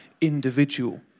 individual